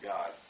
God